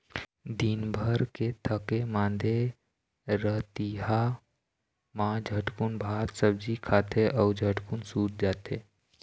दिनभर के थके मांदे रतिहा मा झटकुन भात सब्जी खाथे अउ झटकुन सूत जाथे